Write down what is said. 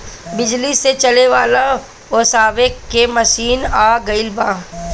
बिजली से चले वाला ओसावे के मशीन आ गइल बा